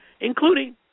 including